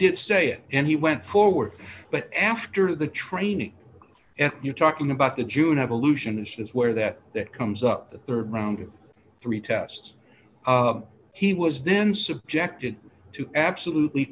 didn't say it and he went forward but after the training if you're talking about the june evolution instance where that that comes up the rd round of three tests he was then subjected to absolutely